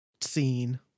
scene